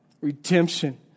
Redemption